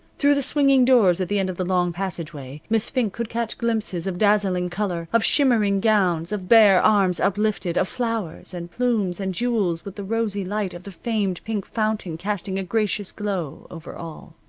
through the swinging doors at the end of the long passageway miss fink could catch glimpses of dazzling color, of shimmering gowns, of bare arms uplifted, of flowers, and plumes, and jewels, with the rosy light of the famed pink fountain casting a gracious glow over all.